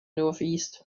northeast